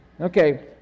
Okay